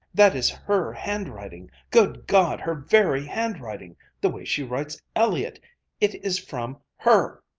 that is her handwriting. good god, her very handwriting the way she writes elliott it is from her!